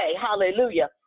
hallelujah